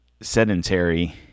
sedentary